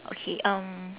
okay um